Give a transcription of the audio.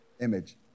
image